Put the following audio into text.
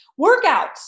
workouts